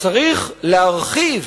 צריך להרחיב